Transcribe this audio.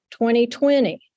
2020